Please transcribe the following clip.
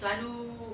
selalu